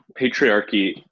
patriarchy